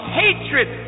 hatred